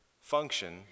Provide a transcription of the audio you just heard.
function